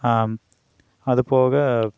அதுபோக